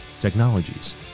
technologies